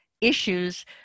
issues